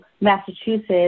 Massachusetts